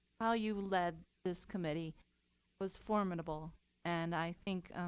how you lead this committee was formidable and i think